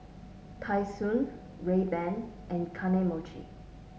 Tai Sun Rayban and Kane Mochi